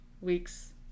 weeks